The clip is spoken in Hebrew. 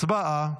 הצבעה.